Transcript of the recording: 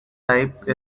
type